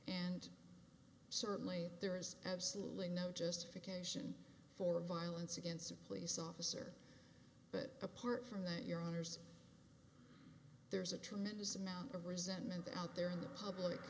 and certainly there is absolutely no justification for violence against a police officer but apart from that your honors there's a tremendous amount of resentment out there in the public